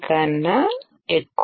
కన్నా ఎక్కువ